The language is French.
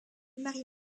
marie